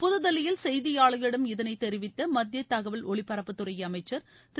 புதுதில்லியில் செய்தியாளர்களிடம் இதனை தெரிவித்த மத்திய தகவல் ஒலிபரப்புத்துறை அமைச்சர் திரு